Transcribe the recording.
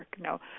No